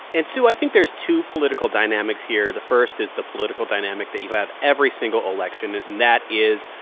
and, sue, i think there's two political dynamics here the first is the political dynamic that you have every single election, and that is,